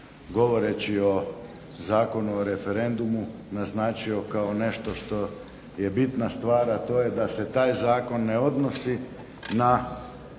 govoreći o Zakonu o referendumu naznačio kao nešto što je bitna stvar, a to je da se taj zakon ne odnosi na